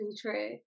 true